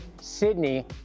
sydney